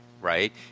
Right